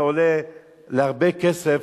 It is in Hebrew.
זה עולה הרבה כסף,